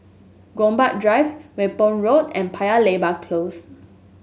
Gombak Drive Whampoa Road and Paya Lebar Close